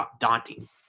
daunting